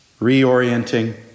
reorienting